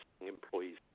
employees